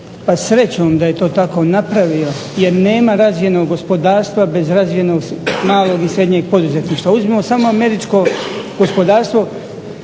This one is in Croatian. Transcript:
Pa srećom da je to tako napravio, jer nema razvijenog gospodarstva bez razvijenog malog i srednjeg poduzetništva. Uzmimo samo američko gospodarstvo